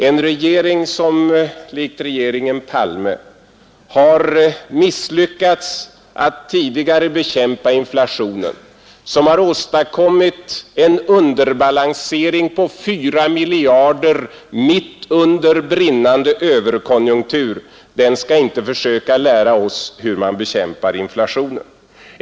En regering som likt regeringen Palme har misslyckats att tidigare bekämpa inflationen, som har åstadkommit en underbalansering på 4 miljarder mitt under brinnande överkonjunktur, skall inte försöka lära oss hur man bekämpar inflationen.